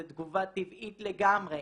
זה תגובה טבעית לגמרי.